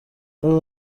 alain